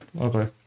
okay